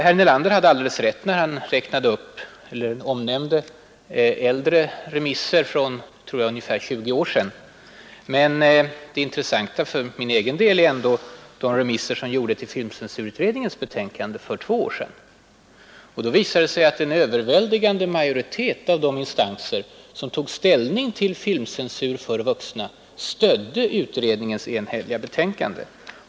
Herr Nelander hade alldeles rätt när han omnämnde äldre remisser från tiden för ungefär 20 år sedan. Men det intressanta är väl ändå de remisser som gjordes till filmcensurutredningens betänkande för två år sedan. Det visade sig då att en överväldigande majoritet av de instanser som tog ställning till frågan om filmcensur för vuxna stödde utredningens enhälliga betänkande.